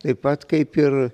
taip pat kaip ir